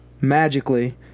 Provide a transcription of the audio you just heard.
magically